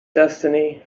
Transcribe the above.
destiny